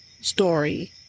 story